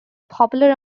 popular